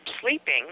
sleeping